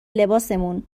لباسمون